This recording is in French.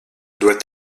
doit